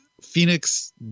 Phoenix